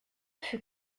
fut